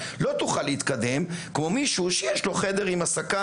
לא תוכל להתקדם כמו מישהו שיש לו חדר עם הסקה